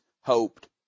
hoped